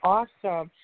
Awesome